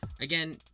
again